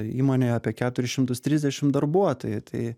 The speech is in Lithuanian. įmonėj apie keturis šimtus trisdešimt darbuotojų tai